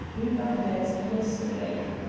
rue barbette, yesterday?